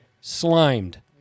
slimed